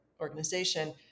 organization